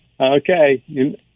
okay